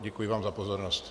Děkuji vám za pozornost.